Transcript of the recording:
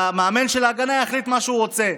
והמאמן של ההגנה יחליט מה שהוא רוצה.